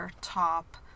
top